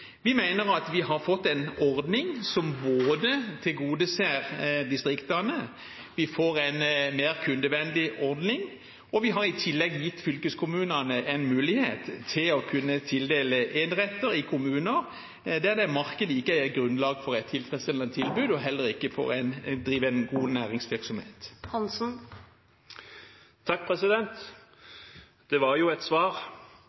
Vi mener at vi både har fått en ordning som tilgodeser distriktene, vi får en mer kundevennlig ordning, og vi har i tillegg gitt fylkeskommunene en mulighet til å kunne tildele eneretter i kommuner der det i markedet ikke er grunnlag for et tilfredsstillende tilbud og heller ikke for å drive en god næringsvirksomhet. Det var jo et svar,